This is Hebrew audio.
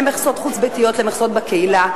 ממכסות חוץ-ביתיות למכסות בקהילה,